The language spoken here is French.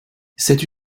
cette